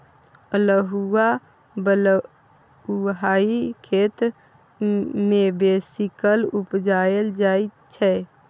अल्हुआ बलुआही खेत मे बेसीकाल उपजाएल जाइ छै